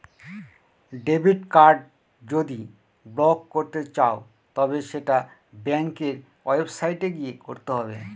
debit card যদি block করতে চাও তবে সেটা ব্যাঙ্কের ওয়েবসাইটে গিয়ে করতে হবে